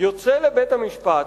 יוצא לבית-המשפט,